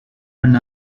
and